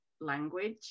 language